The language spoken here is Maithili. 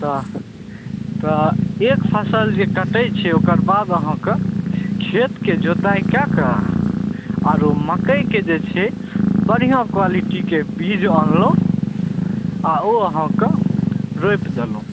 तऽ तऽ एक फसल जे कटय छै ओकर बाद अहाँके खेतके जोताइ कएके आरो मकइके जे छै बढ़िआँ क्वालिटीके बीज अनलहुँ आओर ओ अहाँके रोपि देलहुँ